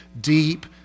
deep